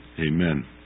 Amen